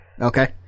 Okay